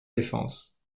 défense